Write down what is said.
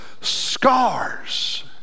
scars